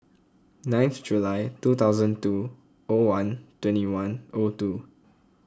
ninth July two thousand two O one twenty one O two